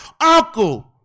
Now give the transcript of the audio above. uncle